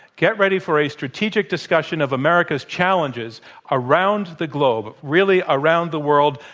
get ready for a strategic discussion of america's challenges around the globe, really around the world,